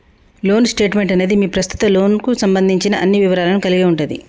loan statement అనేది మీ ప్రస్తుత లోన్కు సంబంధించిన అన్ని వివరాలను కలిగి ఉంటది